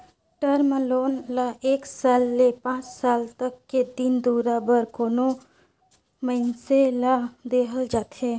term loan ल एक साल ले पांच साल तक के दिन दुरा बर कोनो मइनसे ल देहल जाथे